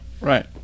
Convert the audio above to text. Right